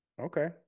Okay